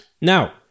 Now